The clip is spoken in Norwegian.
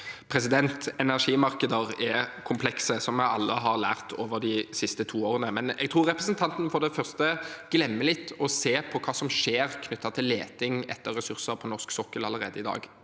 Energimarkeder er komplekse, som vi alle har lært over de siste to årene. Jeg tror representanten for det første glemmer litt å se på hva som skjer knyttet til leting etter ressurser på norsk sokkel allerede i dag.